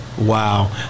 Wow